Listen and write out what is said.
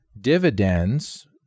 dividends